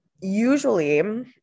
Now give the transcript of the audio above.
Usually